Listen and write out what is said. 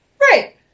Right